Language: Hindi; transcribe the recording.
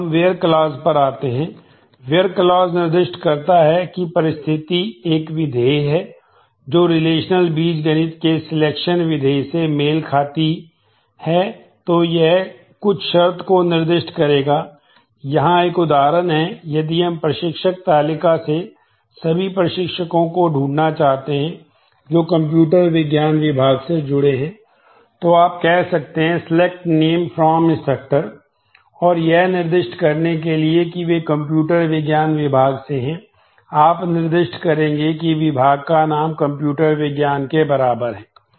अब हम वेयर क्लॉज और यह निर्दिष्ट करने के लिए कि वे कंप्यूटर विज्ञान विभाग से हैं आप निर्दिष्ट करेंगे कि विभाग का नाम कंप्यूटर विज्ञान के बराबर है